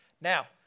now